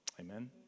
Amen